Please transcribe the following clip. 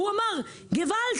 ראש העיר אמר: גוואלד,